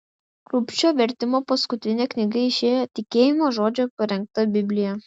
rubšio vertimo paskutinė knyga išėjo tikėjimo žodžio parengta biblija